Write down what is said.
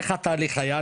איך התהליך היה?